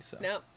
No